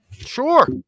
Sure